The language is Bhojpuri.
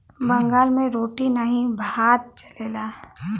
बंगाल मे रोटी नाही भात चलेला